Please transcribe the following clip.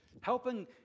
Helping